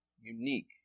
unique